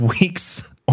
weeks